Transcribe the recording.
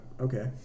Okay